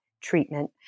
treatment